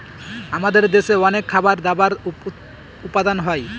আমাদের দেশে অনেক খাবার দাবার উপাদান হয়